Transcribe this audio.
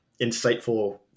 insightful